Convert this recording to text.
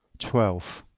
twelve.